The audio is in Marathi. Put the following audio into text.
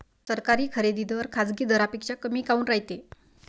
सरकारी खरेदी दर खाजगी दरापेक्षा कमी काऊन रायते?